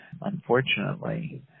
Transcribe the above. unfortunately